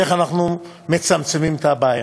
ואיך אנחנו מצמצמים את הבעיה.